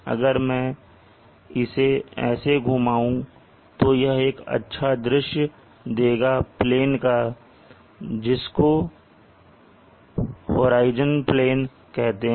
अगर मैं इसे ऐसे घुमाओ तो यह एक अच्छा दृश्य देगा प्लेन का जिसको होराइजन प्लेन कहते हैं